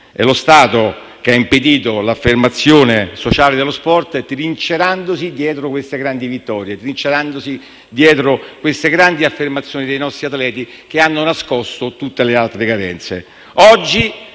È lo Stato che ha impedito l'affermazione sociale dello sport, trincerandosi dietro queste grandi vittorie e dietro le grandi affermazioni dei nostri atleti che hanno nascosto tutte le altre carenze.